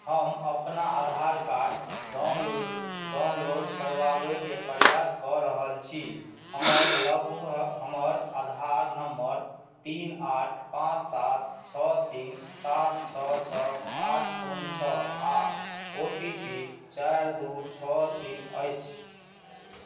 हम अपना Aadhaar card download करबाबैके प्रयास कऽ रहल छी हमर लग हमर आधार नम्बर तीन आठ पाँच सात छओ तीन सात छओ छओ आठ शून्य छओ आ ओ टी पी चारि दू छओ तीन अछि